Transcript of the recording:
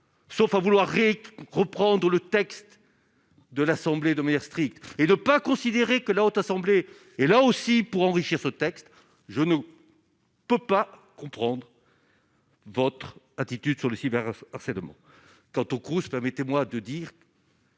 sauf à vouloir reprendre où le texte de l'Assemblée de manière stricte et ne pas considérer que la Haute Assemblée et là aussi, pour enrichir ce texte, je ne peux pas comprendre votre attitude sur le cyber-harcèlement quant aux causes, permettez-moi de dire.